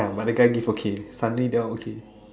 yeah other guy give okay finally that one okay